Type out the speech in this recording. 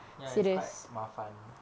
ya it's quite 麻烦